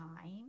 time